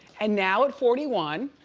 and now at forty one,